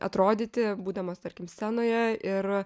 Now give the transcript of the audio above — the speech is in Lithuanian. atrodyti būdamas tarkim scenoje ir